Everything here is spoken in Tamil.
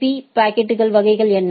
பீ பாக்கெட்கள் வகைகள் என்ன